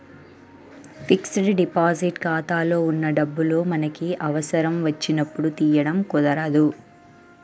fixed deposit ఖాతాలో ఉన్న డబ్బులు మనకి అవసరం వచ్చినప్పుడు తీయడం కుదరదు